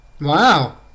Wow